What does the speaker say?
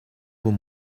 vous